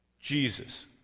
jesus